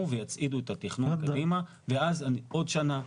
ויצעידו את התכנון קדימה ואז עוד שנה,